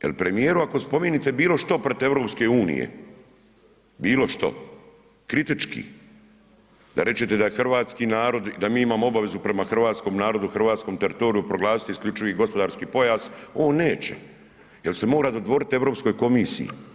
Jel premijeru ako spomenete bilo što protiv EU, bilo što, kritički da rečete da je hrvatski narod da mi imamo obavezu prema hrvatskom narodu, hrvatskom teritoriju proglasiti isključivi gospodarski pojas on neće jer se mora dodvoriti Europskoj komisiji.